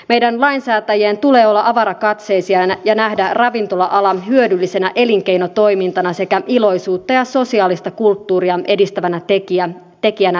meidän lainsäätäjien tulee olla avarakatseisia ja nähdä ravintola ala hyödyllisenä elinkeinotoimintana sekä iloisuutta ja sosiaalista kulttuuria edistävänä tekijänä yhteiskunnassamme